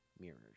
mirrors